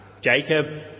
Jacob